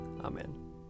Amen